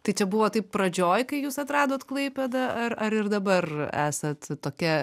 tai čia buvo taip pradžioj kai jūs atradot klaipėdą ar ar ir dabar esat tokia